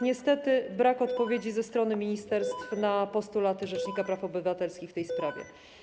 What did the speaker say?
Niestety brak odpowiedzi ze strony ministerstw na postulaty rzecznika praw obywatelskich w tej sprawie.